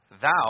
Thou